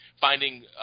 finding